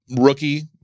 rookie